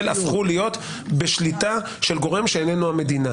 הפכו להיות בשליטה של גורם שאיננו המדינה.